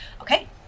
Okay